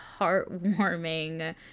heartwarming